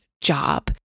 job